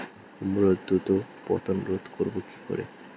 কুমড়োর দ্রুত পতন রোধ করব কি করে?